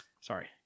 Sorry